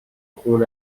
خون